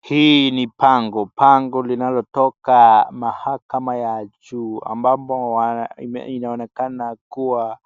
Hii ni pango , pango linaloyoka mahakama ya juu ambapo inaonekana kuwa